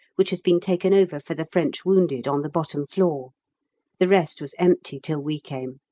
which has been taken over for the french wounded on the bottom floor the rest was empty till we came.